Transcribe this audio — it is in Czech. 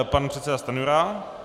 Pan předseda Stanjura.